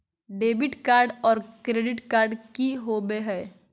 Debit card और credit card की होवे हय?